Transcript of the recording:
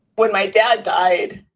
when my dad died,